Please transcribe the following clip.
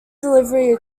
delivery